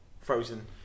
frozen